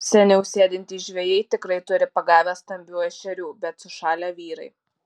seniau sėdintys žvejai tikrai turi pagavę stambių ešerių bet sušalę vyrai